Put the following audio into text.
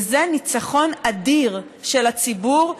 וזה ניצחון אדיר של הציבור,